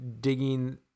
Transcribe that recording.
digging